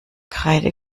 kreide